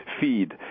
feed